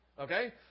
okay